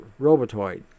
robotoid